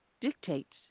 dictates